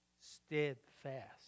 steadfast